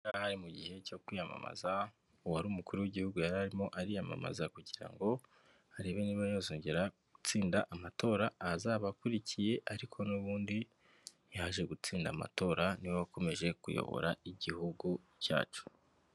Aha ngaha hari mu gihe cyo kwiyamamaza, uwari umukuru w'igihugu yararimo ariyamamaza kugira ngo arebe niba yazongera gutsinda amatora azaba akurikiye, ariko n'ubundi yaje gutsinda amatora niwe wakomeje kuyobora igihugu cyacu.